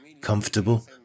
comfortable